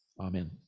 Amen